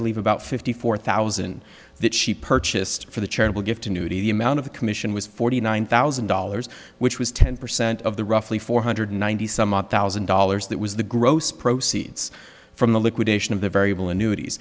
believe about fifty four thousand that she purchased for the charitable gift annuity the amount of the commission was forty nine thousand dollars which was ten percent of the roughly four hundred ninety some odd thousand dollars that was the gross proceeds from the liquidation of the variable annuit